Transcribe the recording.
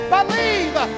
Believe